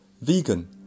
Vegan